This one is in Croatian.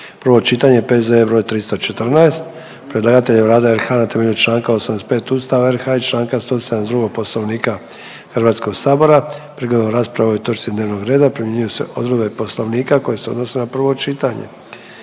prvo čitanje, P.Z.E. br. 320. Predlagatelj je Vlada RH na temelju čl. 85. Ustava RH i čl. 172. Poslovnika HS-a. Prigodom rasprave o ovoj točki dnevnog reda primjenjuju se odredbe poslovnika koje se odnose na prvo čitanje.